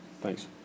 Thanks